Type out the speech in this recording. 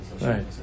Right